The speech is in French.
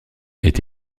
est